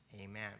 Amen